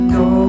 go